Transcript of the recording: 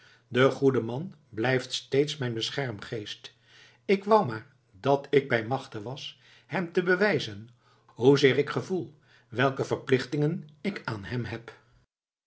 de goede man blijft steeds mijn beschermgeest ik wou maar dat ik bij machte was hem te bewijzen hoezeer ik gevoel welke verplichtingen ik aan hem heb